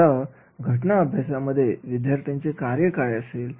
आता घटना अभ्यासामध्ये विद्यार्थ्यांचे कार्य काय असेल